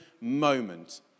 moment